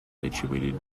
situated